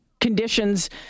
conditions